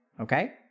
Okay